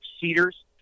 cedars